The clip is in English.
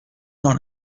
not